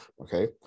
okay